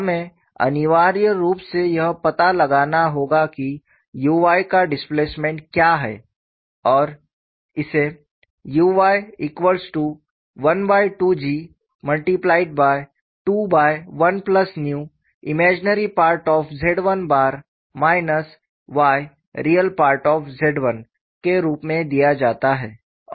हमें अनिवार्य रूप से यह पता लगाना होगा कि u y का डिस्प्लेसमेंट क्या है और इसे uy12G21ImZ1 yReZ1 के रूप में दिया जाता है